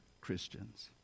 Christians